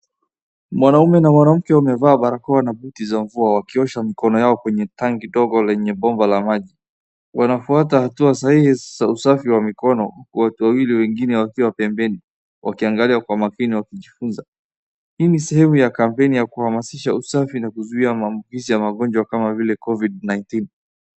Mwanaume na mwanamke wamevaa barakoa na buti za mvua wakiosha mikono yao kwenye tangi dogo lenye bomba la maji. Wanafuata hatua sahihi za usafi wa mikono. Watu wawili wengine wakiwa pembeni wakiangalia kwa makini wakijifunza. Hii ni sehemu ya kampeni ya kuhamasisha usafi na kuzuia maambukizi ya magonjwa kama vile COVID-19 .